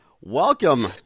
Welcome